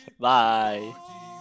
bye